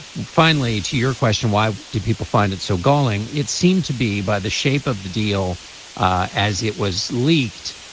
finally to your question why do people find it so galling it seemed to be by the shape of the deal as it was leaked.